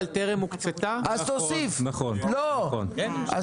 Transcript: הוא אומר נקבעה, אבל טרם הוקצתה.